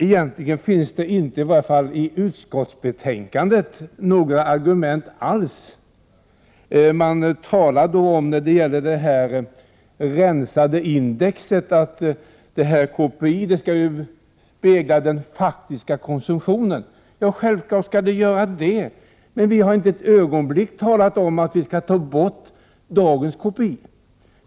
Egentligen finns dock inte några argument alls, i varje fall inte i utskottsbetänkandet. När det gällde ett rensat konsumentprisindex talar man om att väga den faktiska konsumtionen. Det är självklart, men vi har inte ett ögonblick talat om att ta bort dagens profil.